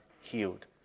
healed